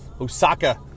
Osaka